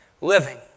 living